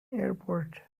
airport